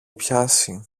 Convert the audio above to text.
πιάσει